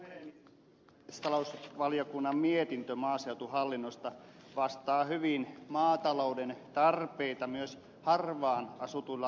maa ja metsätalousvaliokunnan mietintö maaseutuhallinnosta vastaa hyvin maatalouden tarpeita myös harvaanasutuilla alueilla